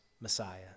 Messiah